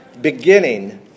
beginning